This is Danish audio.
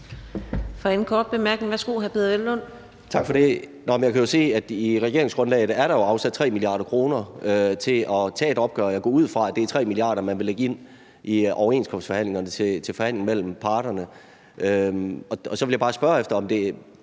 korte bemærkning. Kl. 15:10 Peder Hvelplund (EL): Tak for det. Jeg kan jo se, at der i regeringsgrundlaget er afsat 3 mia. kr. til at tage et opgør med det. Jeg går ud fra, at det er 3 mia. kr., man vil lægge ind i overenskomstforhandlingerne til forhandling mellem parterne. Så vil jeg bare spørge, om det,